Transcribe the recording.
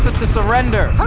to surrender!